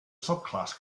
subclass